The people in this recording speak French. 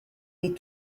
les